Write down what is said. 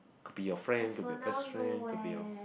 could be your friend could be your best friend could be your